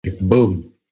Boom